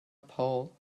paul